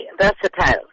versatile